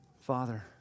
Father